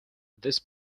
this